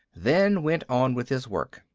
then went on with his work.